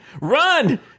Run